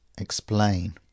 explain